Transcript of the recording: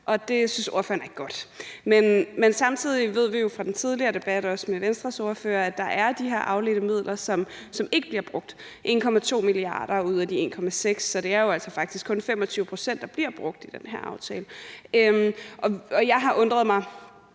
det synes ordføreren er godt. Men samtidig ved vi jo fra den tidligere debat, også med Venstres ordfører, at der er de her afledte midler, som ikke bliver brugt. Det er 1,2 mia. kr. ud af de 1,6 mia. kr., så det er jo faktisk kun 25 pct., der bliver brugt i denne aftale. Jeg har undret mig